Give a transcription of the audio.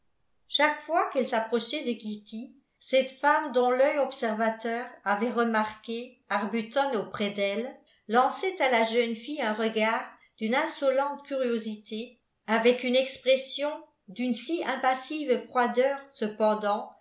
chaque fois qu'elle s'approchait de kitty cette femme dont l'œil observateur avait remarqué arbuton auprès d'elle lançait à la jeune fille un regard d'une insolente curiosité avec une expression d'une si impassive froideur cependant